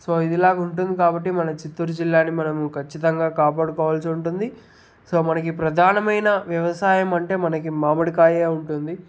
so ఇది ఇలాగ ఉంటుంది కాబట్టే మన చిత్తూరు జిల్లాని మనం ఖచ్చితంగా కాపాడుకోవల్సి ఉంటుంది సో మనకి ప్రధానమైన వ్యవసాయం అంటే మనకి మామిడికాయే ఉంటుంది